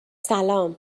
سلام